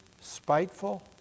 spiteful